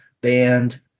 band